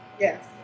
Yes